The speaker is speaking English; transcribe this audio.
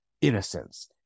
innocence